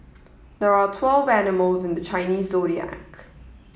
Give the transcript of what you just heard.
there are twelve animals in the Chinese Zodiac